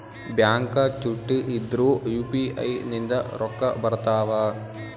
Bank ಚುಟ್ಟಿ ಇದ್ರೂ UPI ನಿಂದ ರೊಕ್ಕ ಬರ್ತಾವಾ?